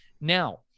Now